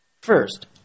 First